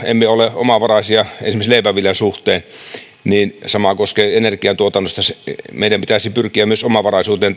emme ole omavaraisia esimerkiksi leipäviljan suhteen sama koskee energiantuotantoa meidän pitäisi pyrkiä omavaraisuuteen